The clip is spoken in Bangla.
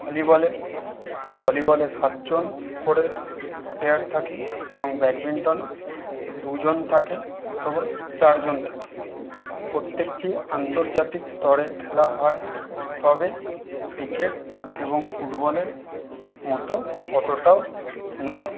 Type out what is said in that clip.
ভলিবলে সাতজন করে প্লেয়ার থাকে এবং ব্যাডমিন্টনে দুজন থাকে অথবা চারজন থাকে প্রত্যেকটি আন্তর্জাতিক স্তরের খেলা হয় তবে ক্রিকেট এবং ফুটবলের মতো অতোটাও নয়